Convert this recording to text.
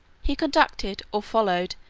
he conducted, or followed,